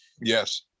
Yes